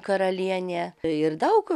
karalienė ir daug